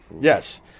Yes